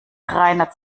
reiner